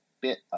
bit